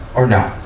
or no?